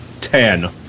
Ten